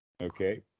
Okay